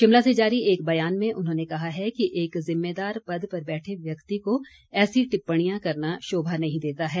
शिमला से जारी एक बयान में उन्होंने कहा है कि एक जिम्मेदार पद पर बैठे व्यक्ति को ऐसी टिप्पणियां करना शोभा नहीं देता है